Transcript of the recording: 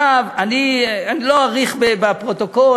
אני לא אאריך בקריאת פרוטוקול,